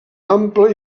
ample